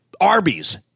Arby's